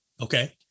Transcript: Okay